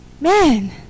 man